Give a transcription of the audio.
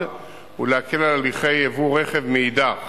גיסא ולהקל על הליכי ייבוא רכב מאידך